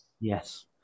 Yes